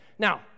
Now